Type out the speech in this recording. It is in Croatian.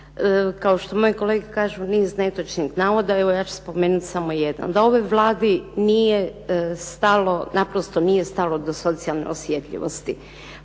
kao što moje kolege kažu niz netočnih navoda, evo ja ću spomenuti samo jedan. Da ovoj Vladi nije stalo, naprosto nije stalo do socijalne osjetljivosti.